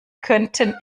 könnten